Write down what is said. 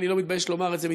ואני לא מתבייש לומר את זה,